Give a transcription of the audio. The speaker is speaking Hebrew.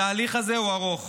התהליך הזה הוא ארוך,